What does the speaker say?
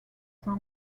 sans